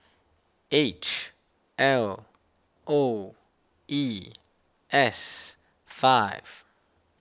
H L O E S five